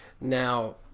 Now